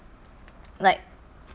like